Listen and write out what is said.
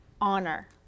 honor